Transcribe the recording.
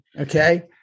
Okay